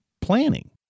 planning